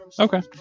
Okay